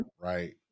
right